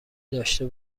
داشته